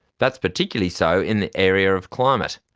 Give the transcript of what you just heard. that's particularly so in the area of climate.